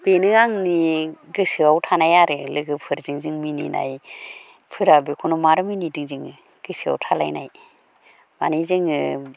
बेनो आंनि गोसोआव थानाय आरो लोगोफोरजों जों मिनिनाय फोरा बेखौनो मार मिनिदों जोङो गोसोआव थालायनाय मानि जोङो